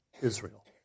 Israel